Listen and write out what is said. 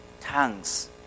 tongues